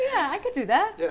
yeah i could do that. yeah